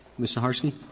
ms. saharsky.